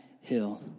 hill